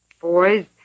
Boys